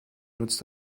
nutzt